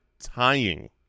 tying